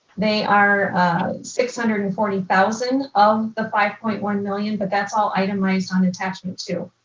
they are six hundred and forty thousand of the five point one million but that's all itemized on attachment two.